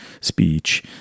speech